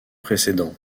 précédent